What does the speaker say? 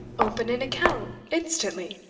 open an account instantly,